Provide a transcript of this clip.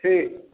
ठीक